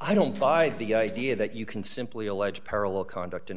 i don't buy the idea that you can simply allege parallel conduct in a